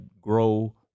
grow